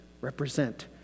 represent